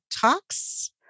Talks